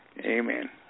Amen